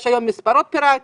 יש היום מספרות פיראטיות,